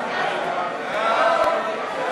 המלצת הוועדה המשותפת